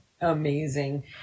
amazing